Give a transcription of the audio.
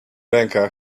ręka